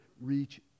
reach